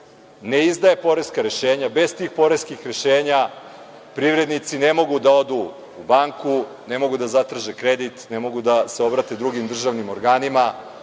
ne izdaje poreska rešenja, bez tih poreskih rešenja privrednici ne mogu da odu u banku, ne mogu da zatraže kredit, ne mogu da se obrate drugim državnim organima.